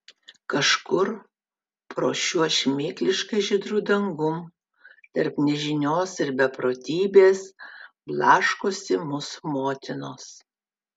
kažkur po šiuo šmėkliškai žydru dangum tarp nežinios ir beprotybės blaškosi mūsų motinos